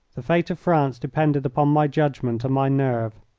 the fate of france depended upon my judgment and my nerve.